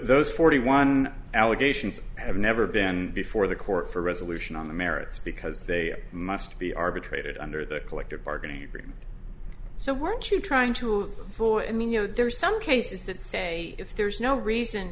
those forty one allegations have never been before the court for resolution on the merits because they must be arbitrated under the collective bargaining agreement so weren't you trying to floor i mean you know there are some cases that say if there's no reason